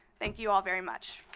thank you all very much.